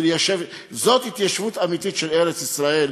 זאת התיישבות אמיתית של ארץ-ישראל,